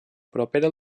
propera